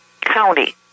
county